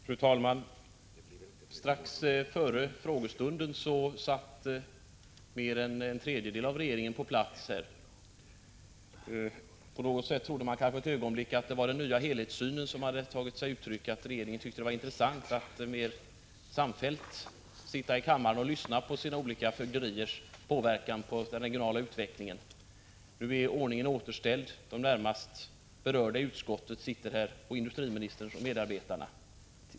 Fru talman! Strax före frågestunden var mer än en tredjedel av regeringen på plats här. För ett ögonblick trodde man kanske att den nya helhetssynen på regionalpolitiken därmed kom till uttryck. Kanske tyckte regeringen att det var intressant att mera samfällt lyssna på vad som sägs här i kammaren om olika departements påverkan på den regionala utvecklingen. Nu är ordningen dock återställd. De närmast berörda inom utskottet sitter här, liksom industriministern och dennes medarbetare.